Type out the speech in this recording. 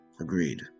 Agreed